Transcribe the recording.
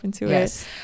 Yes